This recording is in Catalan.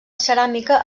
ceràmica